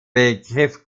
begriff